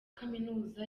kaminuza